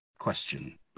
question